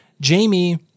Jamie